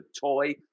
toy